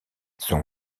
son